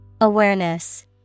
Awareness